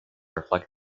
reflect